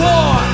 War